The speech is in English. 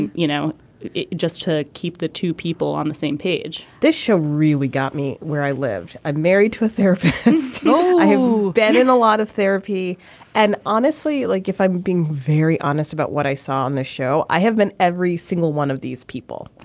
and you know just to keep the two people on the same page this show really got me where i lived. i'm married to a therapist i have been in a lot of therapy and honestly like if i'm being very honest about what i saw on this show i have been every single one of these people.